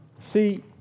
See